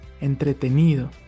entretenido